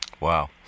Wow